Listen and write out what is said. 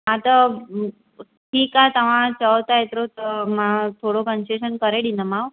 हा त ठीकु आहे तव्हां चयो था एतिरो त मां थोरो कंशेशन करे ॾींदीमांव